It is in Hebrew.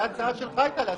זאת הצעה שלך היתה.